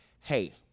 hey